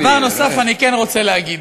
דבר נוסף אני כן רוצה להגיד: